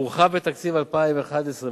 הורחב בתקציב 2012-2011